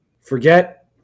Forget